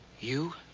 you